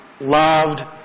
loved